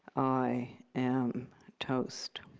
i am toast.